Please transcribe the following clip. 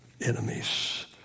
enemies